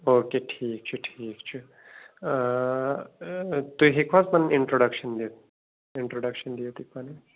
او کے ٹھیٖک چھُ ٹھیٖک چھُ تُہۍ ہیٚکو حظ پَنُن اِنٹروڈَکشَن دِتھ اِنٹروڈَکشَن دِیِو تُہۍ پَنُن